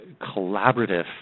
collaborative